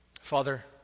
Father